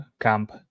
camp